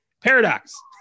paradox